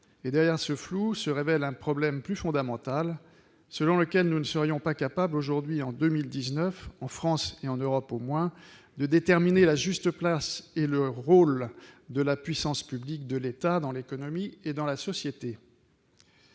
Et derrière ce flou, se révèle un problème plus fondamental : nous ne serions pas capables, aujourd'hui, en 2019, en France et en Europe au moins, de déterminer la juste place et le rôle de la puissance publique, de l'État dans l'économie et dans la société.